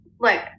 look